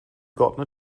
gotten